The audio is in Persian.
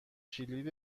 کلید